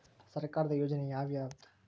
ಸರ್ಕಾರದ ಯೋಜನೆ ಯಾವ್ ಯಾವ್ದ್?